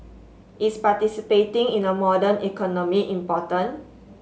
is participating in a modern economy important